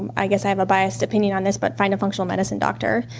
and i guess i have a biased opinion on this, but find a functional medicine doctor.